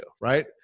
right